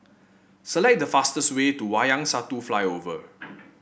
select the fastest way to Wayang Satu Flyover